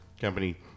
company